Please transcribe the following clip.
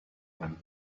when